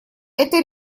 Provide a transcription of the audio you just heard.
это